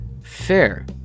Fair